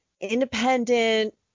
independent